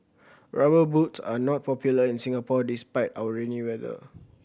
Rubber Boots are not popular in Singapore despite our rainy weather